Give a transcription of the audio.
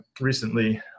recently